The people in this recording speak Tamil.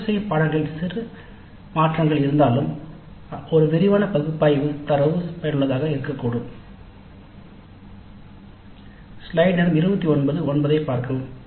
தேர்ந்தெடுக்கப்பட்ட பாடநெறியில் சில சிறிய மாற்றங்கள் இருந்தாலும் ஒரு விரிவான பகுப்பாய்வு தரவு பயனுள்ளதாக இருக்க உதவும்